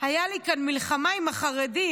הייתה לי כאן מלחמה עם החרדים,